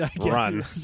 run